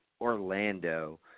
Orlando